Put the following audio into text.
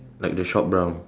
like the shop brown